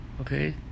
okay